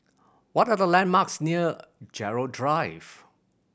what are the landmarks near Gerald Drive